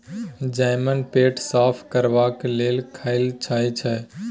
जमैन पेट साफ करबाक लेल खाएल जाई छै